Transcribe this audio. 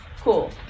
cool